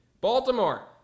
Baltimore